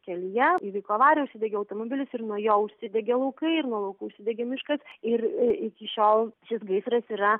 kelyje įvyko avarija užsidegė automobilis ir nuo jo užsidegė laukai ir nuo laukų užsidegė miškas ir iki šiol šis gaisras yra